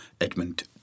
Edmund